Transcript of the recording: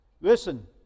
Listen